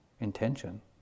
intention